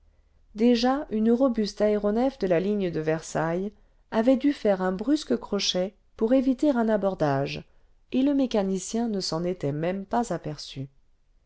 déjà une robuste aéronef de la ligne de versailles avait dû faire un brusque crochet pour éviter un abordage et le mécanicien ne s'en était pas même aperçu